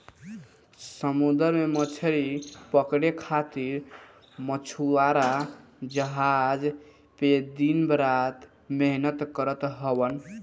समुंदर में मछरी पकड़े खातिर मछुआरा जहाज पे दिन रात मेहनत करत हवन